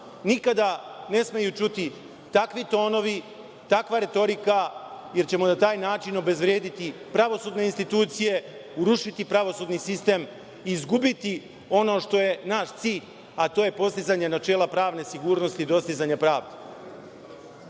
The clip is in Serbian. nikada ne smeju čuti takvi tonovi, takva retorika, jer ćemo na taj način obezvrediti pravosudne institucije, urušiti pravosudni sistem, izgubiti ono što je naš cilj, a to je postizanje načela pravne sigurnosti i dostizanja pravde. Ono